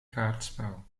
kaartspel